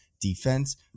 defense